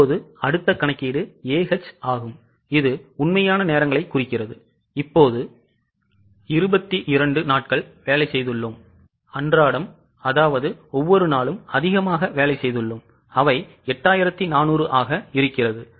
இப்போது அடுத்த கணக்கீடு AH ஆகும் இது உண்மையான நேரங்களைக் குறிக்கிறது இப்போது 22 நாட்கள் வேலை செய்துள்ளோம் அன்றாடம் அதாவது ஒவ்வொரு நாளும் அதிகமாக வேலை செய்துள்ளோம் அவை 8400 ஆக இருக்கிறது